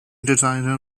designer